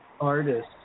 artist